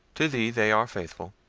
to thee they are faithful,